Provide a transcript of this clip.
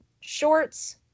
Shorts